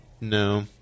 No